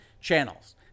channels